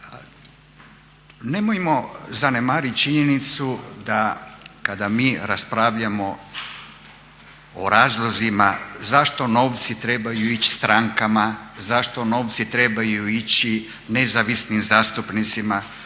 Nemojmo zanemariti činjenicu da kada mi raspravljamo o razlozima zašto novci trebaju ići strankama, zašto novci trebaju ići nezavisnim zastupnicima,